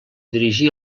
dirigí